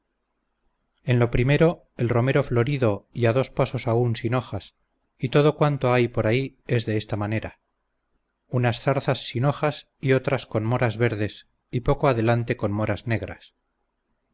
en lo primero el romero florido y a dos pasos aun sin hojas y todo cuanto hay por ahí es de esta manera unas zarzas sin hojas y otras con moras verdes y poco adelante con moras negras